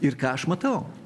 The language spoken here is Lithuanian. ir ką aš matau